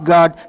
God